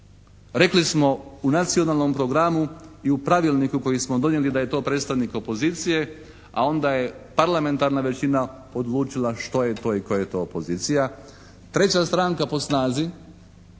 Rekli smo u nacionalnom programu i u pravilniku koji smo donijeli da je to predstavnik opozicije a onda je parlamentarna većina odlučila što je to i tko je to opozicija. Treća stranka po snazi